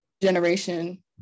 generation